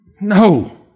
No